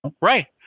Right